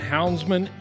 Houndsman